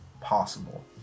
possible